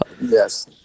Yes